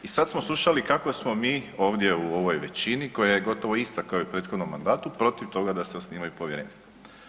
I sad smo slušali kako smo mi ovdje u ovoj većini koja je gotovo ista kao i u prethodnom mandatu protiv toga da se osnivaju povjerenstva.